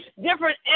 different